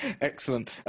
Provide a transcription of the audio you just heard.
Excellent